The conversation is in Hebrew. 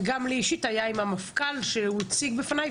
וגם לי אישית היה מפגש עם המפכ"ל כאשר הוא הציג בפניי.